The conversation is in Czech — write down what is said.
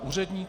Úředník?